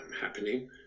happening